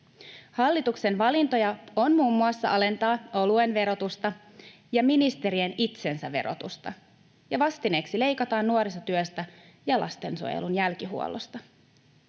Hallituksen valintoja on muun muassa alentaa oluen verotusta ja ministerien itsensä verotusta, ja vastineeksi leikataan nuorisotyöstä ja lastensuojelun jälkihuollosta.